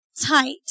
tight